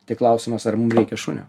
tai klausimas ar mum reikia šunio